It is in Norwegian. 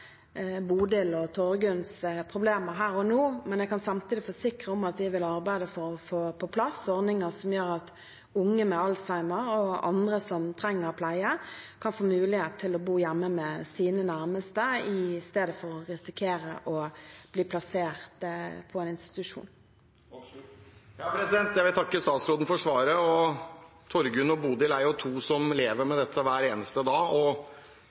og Torgunns problemer her og nå. Jeg kan samtidig forsikre om at vi vil arbeide for å få på plass ordninger som gjør at unge med alzheimer og andre som trenger pleie, kan få mulighet til å bo hjemme med sine nærmeste i stedet for å risikere å bli plassert på en institusjon. Jeg vil takke statsråden for svaret. Torgunn og Bodil lever med dette hver eneste dag.